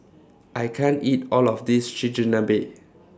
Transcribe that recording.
I can't eat All of This Chigenabe